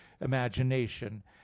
imagination